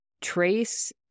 trace